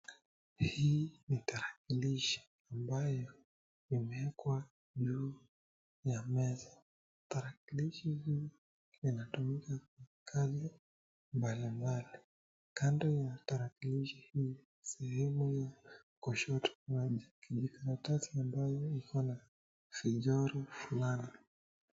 Hii ni tarakilishi ambayo imeekwa juu ya meza. Tarakilishi hii inatumika kwa kazi mbali mbali. Kando ya tarakilishi ni sehemu ya kushoto. Ina vijikaratasi ambayo ina vichoro fulani.